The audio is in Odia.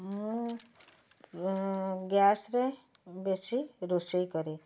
ମୁଁ ଗ୍ୟାସ୍ରେ ବେଶୀ ରୋଷେଇ କରେ